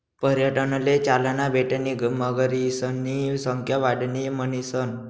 पर्यटनले चालना भेटणी मगरीसनी संख्या वाढणी म्हणीसन